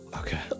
okay